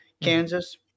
Kansas